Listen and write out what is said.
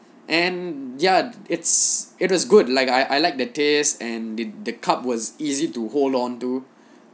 and ya it's it was good like I I like the taste and the the cup was easy to hold on to